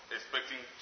Expecting